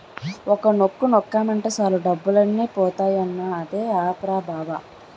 ఒక్క నొక్కు నొక్కేమటే సాలు డబ్బులన్నీ పోతాయన్నావ్ అదే ఆప్ రా బావా?